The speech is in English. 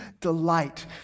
delight